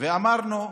אמרנו,